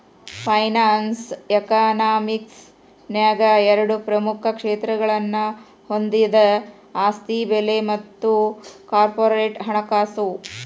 finance economics ನ್ಯಾಗ ಎರಡ ಪ್ರಮುಖ ಕ್ಷೇತ್ರಗಳನ್ನ ಹೊಂದೆದ ಆಸ್ತಿ ಬೆಲೆ ಮತ್ತ ಕಾರ್ಪೊರೇಟ್ ಹಣಕಾಸು